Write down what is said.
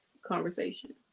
conversations